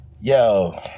Yo